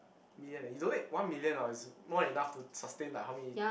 million eh you donate one million orh is more than enough to sustain like how many